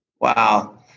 Wow